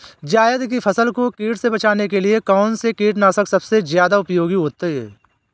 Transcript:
जायद की फसल को कीट से बचाने के लिए कौन से कीटनाशक सबसे ज्यादा उपयोगी होती है?